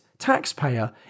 taxpayer